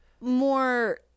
more